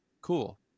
cool